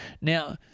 Now